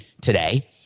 today